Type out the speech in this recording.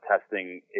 testing